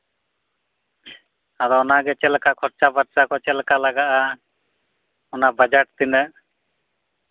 ᱟᱫᱚ ᱚᱱᱟᱜᱮ ᱪᱮᱫ ᱞᱮᱠᱟ ᱠᱷᱚᱨᱪᱟ ᱯᱚᱨᱪᱟ ᱠᱚ ᱪᱮᱫ ᱞᱮᱠᱟ ᱞᱟᱜᱟᱜᱼᱟ ᱚᱱᱟ ᱵᱟᱡᱟᱨ ᱛᱤᱱᱟᱹᱜ